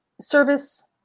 service